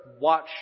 watch